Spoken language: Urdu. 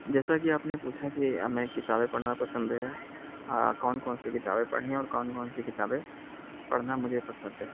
جیسا کہ آپ نے پوچھا کہ ہمیں کتابیں پڑھنا پسند ہے آ کون کون سی کتابیں پڑھیں اور کون کون سی کتابیں پڑھنا مجھے پسند ہے